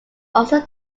also